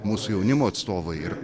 mūsų jaunimo atstovai ir